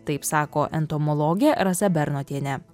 taip sako entomologė rasa bernotienė